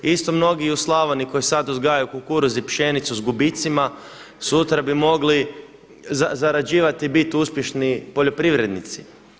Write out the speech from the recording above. Isto mnogi i u Slavoniji koji sad uzgajaju kukuruz i pšenicu s gubicima sutra bi mogli zarađivati i bit uspješni poljoprivrednici.